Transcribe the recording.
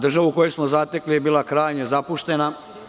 Država koju smo zatekli, je bila krajnje zapuštena.